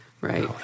right